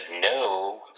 no